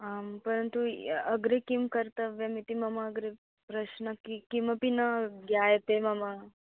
आं परन्तु अग्रे किं कर्तव्यमिति मम अग्रे प्रश्नं कि किमपि न ज्ञायते मम